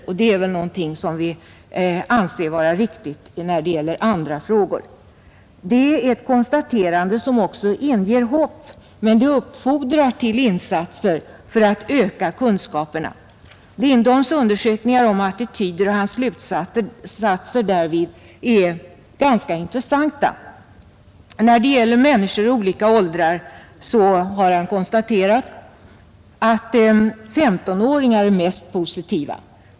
Det är för övrigt någonting som vi anser vara riktigt när det gäller andra frågor. Det är ett konstaterande som också inger hopp, men det uppfordrar till insatser för att öka kunskaperna. Lindholms undersökningar om attityder och hans slutsatser därav är ganska intressanta. När det gäller människor i olika åldrar har han konstaterat att 195-åringar är mest positiva.